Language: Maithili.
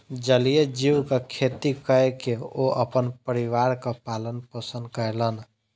जलीय जीवक खेती कय के ओ अपन परिवारक पालन पोषण कयलैन